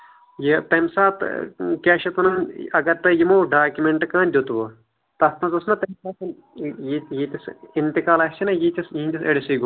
یہِ تمہِ ساتہٕ کیاہ چھِ اتھ ونان اگر تۄہہِ یِمو ڈاکِمینٹ کانہہ دِتوٕ تتھ منٛزاوس نا تمہِ ساتن توہہِ یہِ یہِ انتقال آسہِ ہانا ییٖتِس یہندِس أڈسٕے گوٚمُت